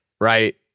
right